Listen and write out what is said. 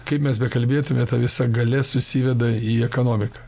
kaip mes bekalbėtume visa galia susiveda į ekonomiką